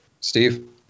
Steve